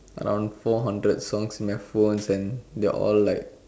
around four hundred songs in my phones and they're all like